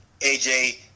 AJ